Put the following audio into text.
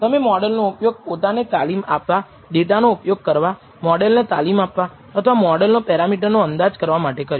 તમે મોડલનો ઉપયોગ પોતાને તાલીમ આપવા ડેટાનો ઉપયોગ કરવા મોડલને તાલીમ આપવા અથવા મોડલના પેરામીટરનો અંદાજ કરવા માટે કર્યો